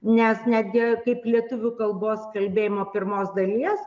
nes netgi kaip lietuvių kalbos kalbėjimo pirmos dalies